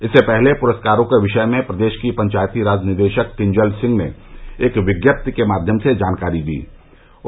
इसके पहले पुरस्कारों के विषय में प्रदेश की पंचायतीराज निदेशक किजल सिंह ने एक विज्ञप्ति के माध्यम से जानकारी दी थी